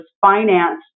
finance